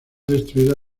destruida